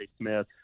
Smith